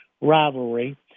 rivalry